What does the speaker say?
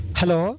hello